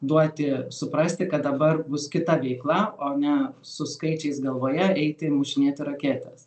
duoti suprasti kad dabar bus kita veikla o ne su skaičiais galvoje eiti mušinėti raketes